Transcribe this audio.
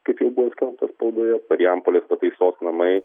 kaip jau buvo skelbta spaudoje marijampolės pataisos namai